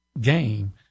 game